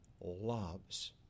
loves